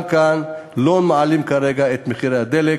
גם כאן לא מעלים כרגע את מחירי הדלק,